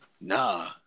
Nah